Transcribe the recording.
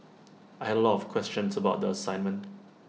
I had A lot of questions about the assignment